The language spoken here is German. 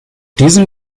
diesem